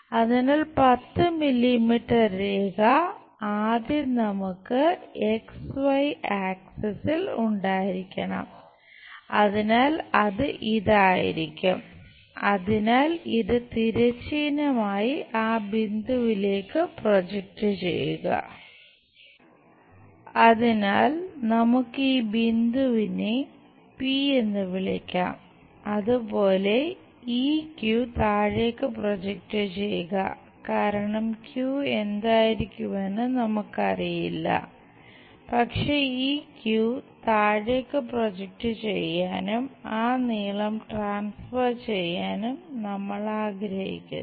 അതിനാൽ 10 മില്ലീമീറ്റർ രേഖ ആദ്യം നമുക്ക് എക്സ് വൈ ആക്സിസിൽ ചെയ്യാനും നമ്മൾ ആഗ്രഹിക്കുന്നു